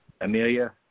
Amelia